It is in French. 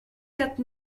quatre